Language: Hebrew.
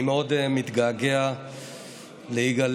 ועוד צעדים אחרים שדרושים על מנת למגר את הפשיעה